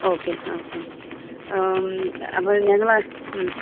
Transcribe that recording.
okay okay അപ്പം ഞങ്ങൾ